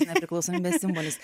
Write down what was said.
nepriklausomybės simbolis